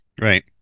Right